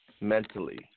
Mentally